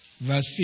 verse